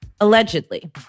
Allegedly